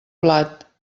blat